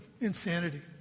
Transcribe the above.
insanity